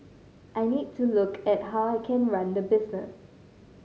I need to look at how I can run the business